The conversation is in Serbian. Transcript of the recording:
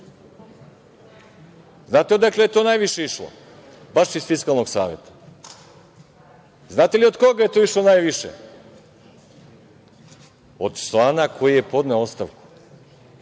Znate, odakle je to najviše išlo? Baš iz Fiskalnog saveta. Znate li od koga je to išlo najviše? Od člana koji je podneo ostavku.